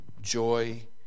joy